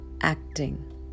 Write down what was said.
acting